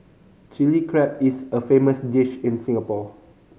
Chilli Crab is a famous dish in Singapore